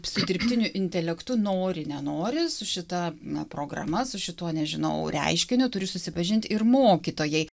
su dirbtiniu intelektu nori nenori su šita na programa su šituo nežinau reiškiniu turi susipažint ir mokytojai